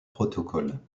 protocoles